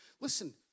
Listen